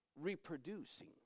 Reproducing